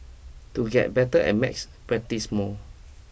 to get better at maths practise more